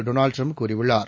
Donald Trump கூறியுள்ளார்